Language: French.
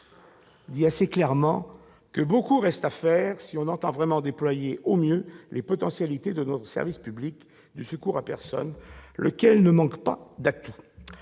dit assez clairement que beaucoup reste à faire si l'on entend vraiment déployer au mieux les potentialités de notre service public du secours à personne, lequel ne manque pas d'atouts.